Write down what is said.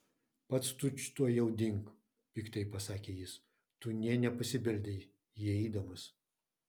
pats tučtuojau dink piktai pasakė jis tu nė nepasibeldei įeidamas